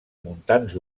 montans